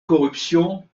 corruption